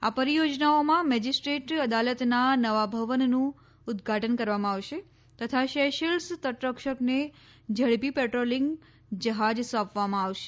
આ પરિયોજનાઓમાં મેજિસ્ટ્રેટ અદાલતના નવા ભવનનું ઉદઘાટન કરવામાં આવશે તથા સેશેલ્સ તટરક્ષકને ઝડપી પેટ્રોલિંગ જહાજ સોંપવામાં આવશે